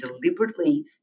deliberately